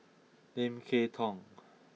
Lim Kay Tong